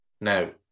Now